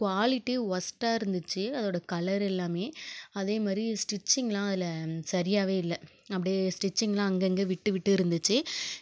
quality ஒர்ஸ்ட்டாக இருந்துச்சு அதோடய கலர் எல்லாமே அதேமாதிரி ஸ்டிச்சிங்லாம் அதில் சரியாகவே இல்லை அப்படியே ஸ்டிச்சிங்லாம் அங்கே அங்கே விட்டு விட்டு இருந்துச்சு